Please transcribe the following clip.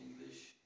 English